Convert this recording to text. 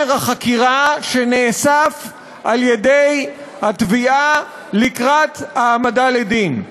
החקירה שנאסף על-ידי התביעה לקראת העמדה לדין.